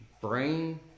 brain